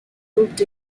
grouped